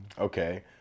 Okay